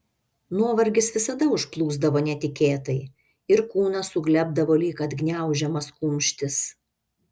nuovargis visada užplūsdavo netikėtai ir kūnas suglebdavo lyg atgniaužiamas kumštis